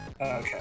okay